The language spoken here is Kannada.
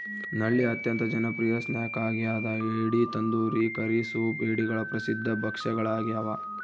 ನಳ್ಳಿ ಅತ್ಯಂತ ಜನಪ್ರಿಯ ಸ್ನ್ಯಾಕ್ ಆಗ್ಯದ ಏಡಿ ತಂದೂರಿ ಕರಿ ಸೂಪ್ ಏಡಿಗಳ ಪ್ರಸಿದ್ಧ ಭಕ್ಷ್ಯಗಳಾಗ್ಯವ